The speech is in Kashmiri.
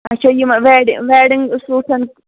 اَچھا یِمہٕ ویڈِ ویڈِنٛگ سوٗٹَن